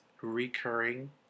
recurring